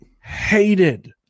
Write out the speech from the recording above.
hated